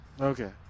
Okay